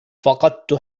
فقدت